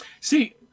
See